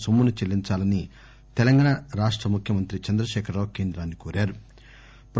నొమ్మును చెల్లించాలని తెలంగాణ రాష్ట ముఖ్యమంత్రి చంద్రశేఖరరావు కేంద్రాన్ని కోరారు